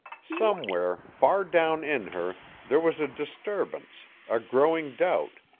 somewhere, far down in her, there was a disturbance, a growing doubt,